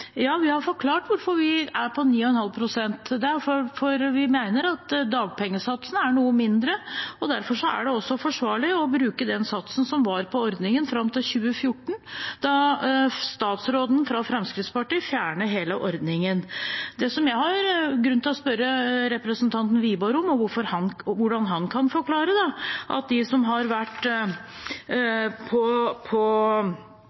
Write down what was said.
vi har forklart hvorfor vi er på 9,5 pst. Det er fordi vi mener at dagpengesatsen er noe mindre, og derfor er det også forsvarlig å bruke den satsen som var i ordningen fram til 2014, da statsråden fra Fremskrittspartiet fjernet hele ordningen. Det jeg har grunn til å spørre representanten Wiborg om, er hvordan han kan forklare at de som har vært på